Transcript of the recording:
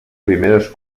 primeres